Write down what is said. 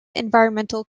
environmental